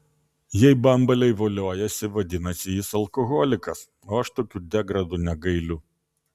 jei bambaliai voliojasi vadinasi jis alkoholikas o aš tokių degradų negailiu